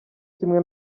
kimwe